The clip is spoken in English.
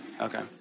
Okay